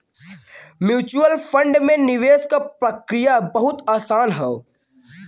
mutual fund में निवेश क प्रक्रिया बहुत आसान हौ